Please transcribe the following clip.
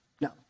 no